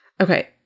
Okay